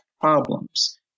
problems